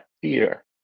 fear